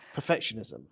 Perfectionism